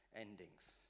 endings